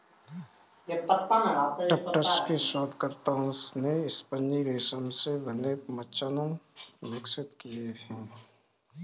Tufts के शोधकर्ताओं ने स्पंजी रेशम से बने मचान विकसित किए हैं